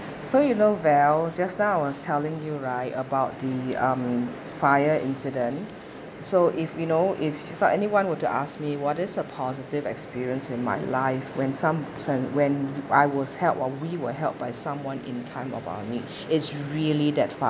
so you know well just now I was telling you right about the um fire incident so if you know if anyone were to ask me what is a positive experience in my life when some some when I was helped while we were helped by someone in time of our niche is really that far